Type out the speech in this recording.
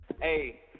Hey